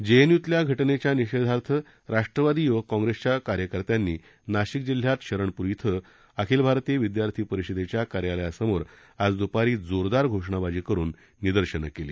जेएनयूतल्या घटनेच्या निषेधार्थ राष्ट्रवादी युवक काँग्रेसच्या कार्यकर्त्यांनी नाशिक जिल्ह्यात शरणपूर इथं अखिल भारतीय विदयार्थी परिषदेच्या कार्यलयासमोर आज द्पारी जोरदार घोषणाबाजी करून निदर्शनं केली